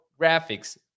graphics